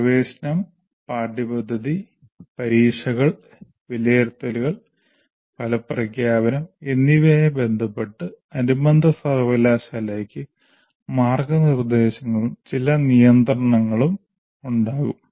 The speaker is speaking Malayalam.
പ്രവേശനം പാഠ്യപദ്ധതി പരീക്ഷകൾ വിലയിരുത്തലുകൾ ഫലപ്രഖ്യാപനം എന്നിവയുമായി ബന്ധപ്പെട്ട് അനുബന്ധ സർവകലാശാലയ്ക്ക് മാർഗ്ഗനിർദ്ദേശങ്ങളും ചില നിയന്ത്രണങ്ങളും ഉണ്ടാകും